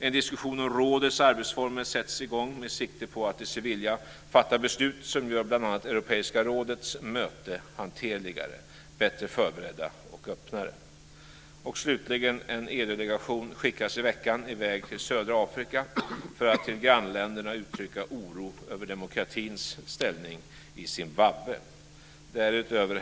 · En diskussion om rådets arbetsformer sätts igång med sikte på att i Sevilla fatta beslut som gör bl.a. Europeiska rådets möten hanterligare, bättre förberedda och öppnare. · En EU-delegation skickas i veckan i väg till södra Afrika för att till grannländerna uttrycka oro över demokratins ställning i Zimbabwe. Herr talman!